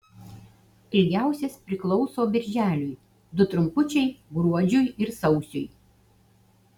ilgiausias priklauso birželiui du trumpučiai gruodžiui ir sausiui